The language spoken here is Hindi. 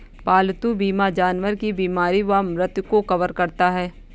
पालतू बीमा जानवर की बीमारी व मृत्यु को कवर करता है